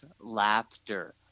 laughter